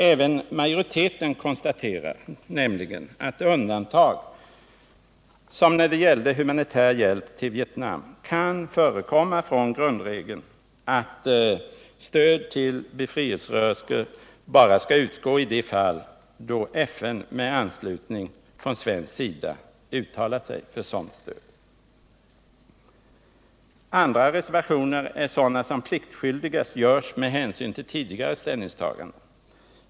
Även majoriteten konstaterar nämligen att undantag — som när det gällde humanitär hjälp till Vietnam — kan förekomma från grundregeln att stöd till befrielserörelser skall utgå bara i de fall då FN med anslutning från svensk sida uttalat sig för sådant stöd. Andra reservationer är sådana som plikskyldigast görs med hänsyn till tidigare ställningstaganden.